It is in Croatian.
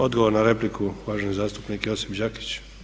Odgovor na repliku uvaženi zastupnik Josip Đakić.